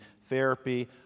therapy